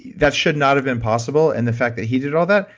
that should not have been possible, and the fact that he did all that,